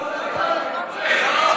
לא צריך.